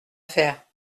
faire